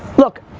look,